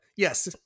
Yes